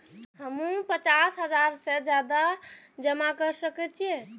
हमू पचास हजार से ज्यादा जमा कर सके छी?